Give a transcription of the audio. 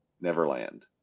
Neverland